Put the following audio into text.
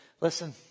listen